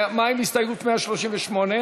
מה עם הסתייגות 138?